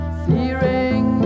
searing